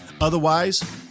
Otherwise